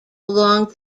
along